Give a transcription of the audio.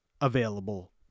available